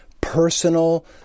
personal